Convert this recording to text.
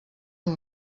amb